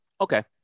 okay